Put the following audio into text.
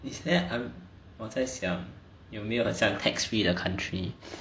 is there a 我在想有没有好像 tax free 的 country